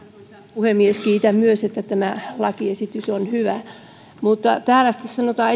puhemies kiitän myös että tämä lakiesitys on hyvä täällä esityksessä sanotaan